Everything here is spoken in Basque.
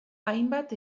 hainbat